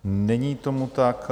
Není tomu tak.